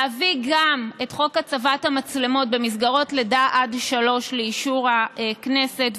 מובא גם חוק הצבת המצלמות במסגרות גילי לידה עד שלוש לאישור הכנסת.